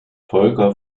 volker